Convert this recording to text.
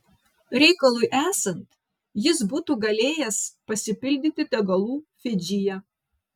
reikalui esant jis būtų galėjęs pasipildyti degalų fidžyje